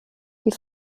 die